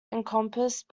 encompassed